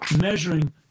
measuring